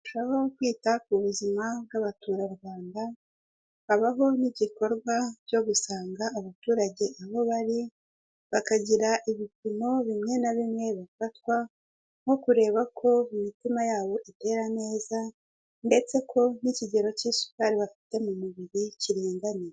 Kurushaho kwita ku buzima bw'abaturarwanda, habaho n'igikorwa cyo gusanga abaturage aho bari, bakagira ibipimo bimwe na bimwe bafatwa, nko kureba ko imitima yabo itera neza ndetse ko n'ikigero k'isukari bafite mu mubiri kiringaniye.